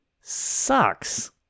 sucks